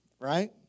right